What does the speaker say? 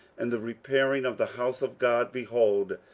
and the repairing of the house of god, behold,